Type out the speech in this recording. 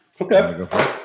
Okay